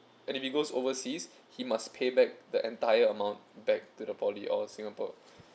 and if he goes overseas he must pay back the entire amount back to the poly or singapore